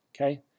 okay